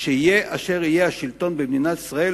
שיהיה אשר יהיה השלטון במדינת ישראל,